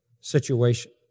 situation